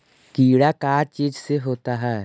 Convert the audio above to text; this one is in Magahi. कीड़ा का चीज से होता है?